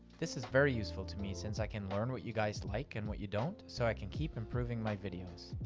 this is very useful to me, since i can learn what you guys like and what you don't, so i can keep improving my videos.